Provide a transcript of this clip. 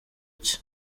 cye